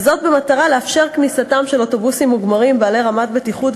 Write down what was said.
וזאת במטרה לאפשר כניסתם של אוטובוסים מוגמרים בעלי רמת בטיחות